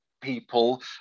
people